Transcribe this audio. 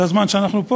זה בערך הזמן שאנחנו פה,